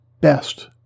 best